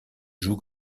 joue